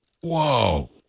Whoa